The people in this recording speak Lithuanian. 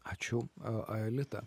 ačiū aelita